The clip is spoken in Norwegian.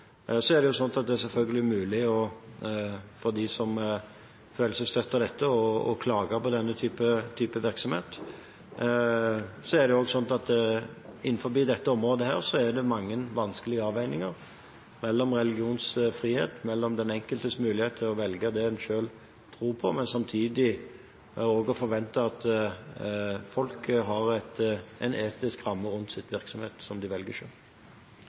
Det er selvfølgelig mulig – for dem som føler seg støtt av dette – å klage på denne typen virksomhet. Innenfor dette området er det også mange vanskelige avveininger – mellom religionsfrihet og den enkeltes mulighet til å velge det en selv tror på, og samtidig forventningen om at folk har en etisk ramme rundt sin virksomhet, som de velger